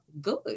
good